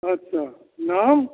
अच्छा नाम